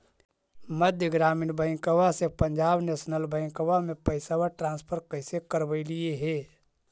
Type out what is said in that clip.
मध्य ग्रामीण बैंकवा से पंजाब नेशनल बैंकवा मे पैसवा ट्रांसफर कैसे करवैलीऐ हे?